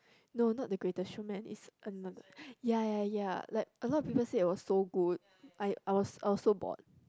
no not the Greatest-Showman is another ya ya ya like a lot of people said it was so good I I was I was so bored